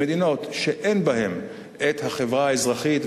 במדינות שאין בהן חברה אזרחית,